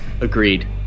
Agreed